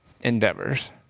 endeavors